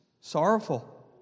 Sorrowful